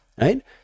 right